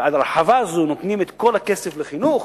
שבהרחבה הזאת נותנים את כל הכסף לחינוך.